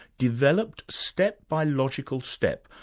developed step by logical step,